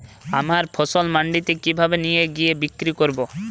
আমার ফসল মান্ডিতে কিভাবে নিয়ে গিয়ে বিক্রি করব?